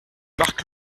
marc